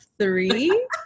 three